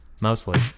Mostly